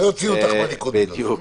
לא יוציאו אותך מהליכוד בגלל זה.